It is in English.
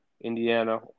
Indiana